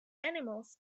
animals